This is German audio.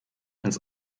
ins